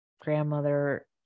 grandmother